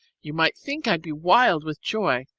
you might think i'd be wild with joy,